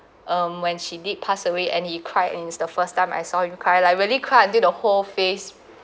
um when she did passed away and he cried and is the first time I saw him cry like really cried until the whole face